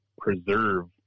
preserve